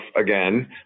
again